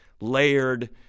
layered